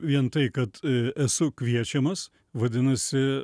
vien tai kad esu kviečiamas vadinasi